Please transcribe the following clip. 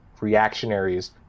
reactionaries